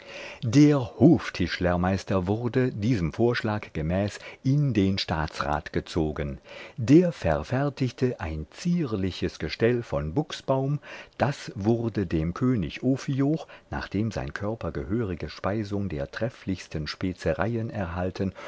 der hoftischlermeister wurde diesem vorschlag gemäß in den staatsrat gezogen der verfertigte ein zierliches gestell von buchsbaum das wurde dem könig ophioch nachdem sein körper gehörige speisung der trefflichsten spezereien erhalten